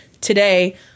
today